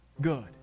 Good